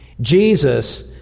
Jesus